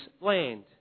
land